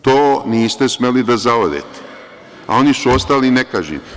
To niste smeli da zaorete, a oni su ostali nekažnjeni.